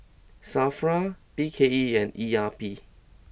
Safra B K E and E R P